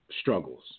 struggles